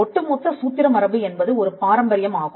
ஒட்டுமொத்த சூத்திர மரபு என்பது ஒரு பாரம்பரியம் ஆகும்